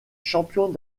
champions